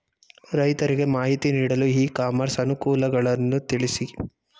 ರೈತರಿಗೆ ಮಾಹಿತಿ ನೀಡಲು ಇ ಕಾಮರ್ಸ್ ಅನುಕೂಲಗಳನ್ನು ತಿಳಿಸಿ?